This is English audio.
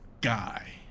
guy